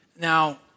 Now